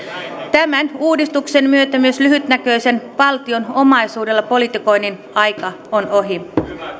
tämän uudistuksen myötä myös lyhytnäköisen valtion omaisuudella politikoinnin aika on ohi